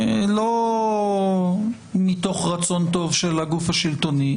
לא מתוך רצון טוב של הגוף השלטוני,